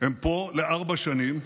הם פה לארבע שנים.